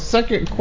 Second